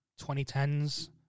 2010s